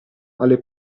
alle